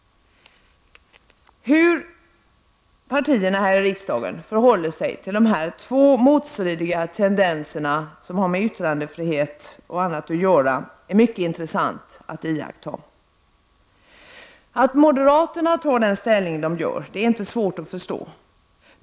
Hur partierna i riksdagen förhåller sig till de två motstridiga tendenserna som har med yttrandefrihet och annat att göra är mycket intressant att iaktta. Att moderaterna tar den ställning de gör är inte svårt att förstå.